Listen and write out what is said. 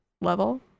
level